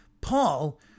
Paul